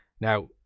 Now